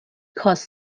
cause